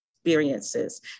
Experiences